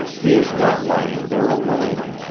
he is not lying there alone.